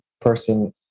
person